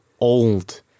old